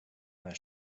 their